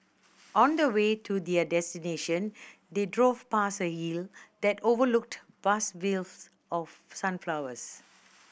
on the way to their destination they drove past a hill that overlooked vast fields of sunflowers